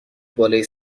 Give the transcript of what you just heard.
بالای